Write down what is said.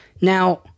Now